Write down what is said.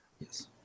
yes